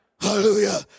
Hallelujah